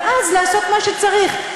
ואז לעשות מה שצריך,